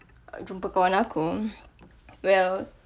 jumpa kawan aku well